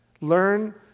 learn